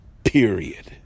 Period